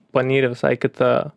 panyri visai į kitą